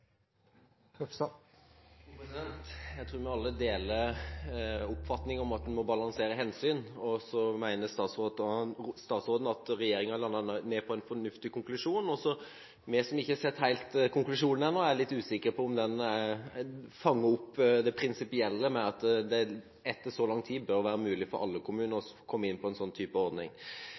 Jeg tror vi alle deler oppfatning om at en må balansere hensyn. Statsråden mener at regjeringen har landet på en fornuftig konklusjon, og vi som ikke helt har sett konklusjonen ennå, er litt usikre på om den fanger opp det prinsipielle i at det etter så lang tid bør være mulig for alle kommuner å komme inn på en slik ordning.